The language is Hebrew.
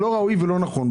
זה לא ראוי ולא נכון.